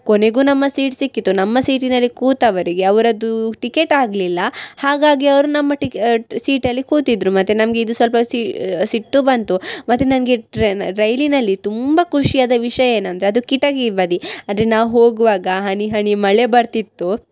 ಕೊನೆಗೂ ನಮ್ಮ ಸೀಟ್ ಸಿಕ್ಕಿತು ನಮ್ಮ ಸೀಟಿನಲ್ಲಿ ಕೂತವರಿಗೆ ಅವರದ್ದು ಟಿಕೇಟ್ ಆಗಲಿಲ್ಲ ಹಾಗಾಗಿ ಅವರು ನಮ್ಮ ಟಿಕೆ ಸೀಟಲ್ಲಿ ಕೂತಿದ್ದರು ಮತ್ತು ನಮಗೆ ಇದು ಸ್ವಲ್ಪ ಸಿಟ್ಟು ಬಂತು ಮತ್ತು ನನಗೆ ಟ್ರೈನ್ ರೈಲಿನಲ್ಲಿ ತುಂಬ ಖುಷಿಯಾದ ವಿಷಯ ಏನಂದರೆ ಅದು ಕಿಟಕಿಯ ಬದಿ ಆದರೆ ನಾವು ಹೋಗುವಾಗ ಹನಿ ಹನಿ ಮಳೆ ಬರ್ತಿತ್ತು